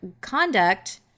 conduct